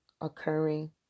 occurring